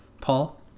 Paul